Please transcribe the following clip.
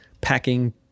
packing